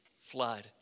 flood